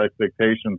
expectations